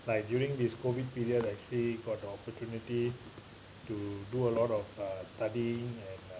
like during this COVID period I actually got the opportunity to do a lot of uh studying and uh